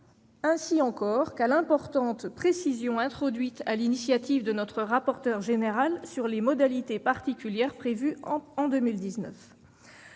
ainsi qu'à l'importante précision introduite, sur l'initiative de notre rapporteur général, sur les modalités particulières prévues pour 2019.